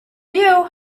you